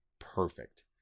perfect